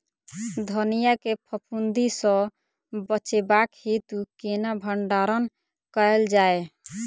धनिया केँ फफूंदी सऽ बचेबाक हेतु केना भण्डारण कैल जाए?